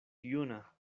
juna